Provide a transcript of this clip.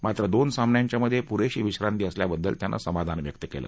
मात्र दोन सामन्यांच्या मधे पुरेशी विश्रांती असल्याबद्दल त्यानं समाधान व्यक्त केलं